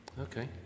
Okay